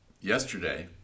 yesterday